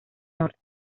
norte